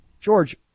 George